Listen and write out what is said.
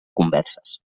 converses